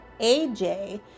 AJ